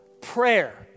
prayer